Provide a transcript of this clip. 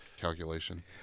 calculation